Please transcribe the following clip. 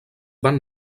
van